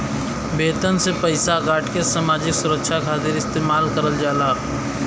वेतन से पइसा काटके सामाजिक सुरक्षा खातिर इस्तेमाल करल जाला